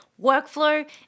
workflow